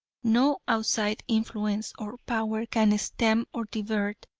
no outside influence or power can stem or divert.